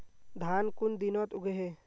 धान कुन दिनोत उगैहे